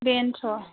बेनथ'